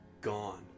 Gone